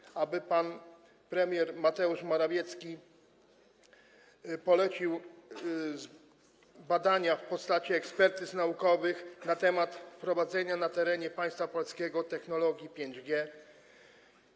Chodziło o to, aby pan premier Mateusz Morawiecki zlecił badania w postaci ekspertyz naukowych na temat wprowadzenia na terenie państwa polskiego technologii 5G.